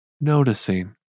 noticing